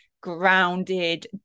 grounded